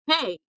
hey